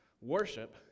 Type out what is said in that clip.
Worship